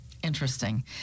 interesting